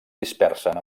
dispersen